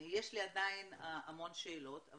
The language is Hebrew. יש לי עדיין המון שאלות,